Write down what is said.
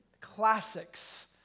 classics